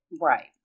Right